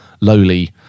lowly